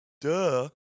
Duh